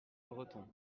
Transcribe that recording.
breton